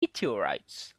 meteorites